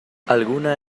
algunas